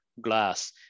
glass